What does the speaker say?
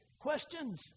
questions